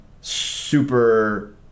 super